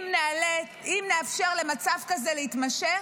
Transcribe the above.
אם נאפשר למצב כזה להתמשך,